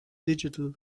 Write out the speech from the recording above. digital